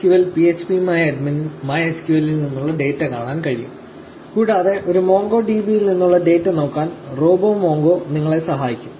MySQL phpMyAdmin ന് MySQL ൽ നിന്നുള്ള ഡാറ്റ കാണാൻ കഴിയും കൂടാതെ ഒരു MongoDB യിൽ നിന്നുള്ള ഡാറ്റ നോക്കാൻ റോബോ മോംഗോ നിങ്ങളെ സഹായിക്കും